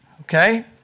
Okay